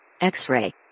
X-ray